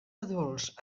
adults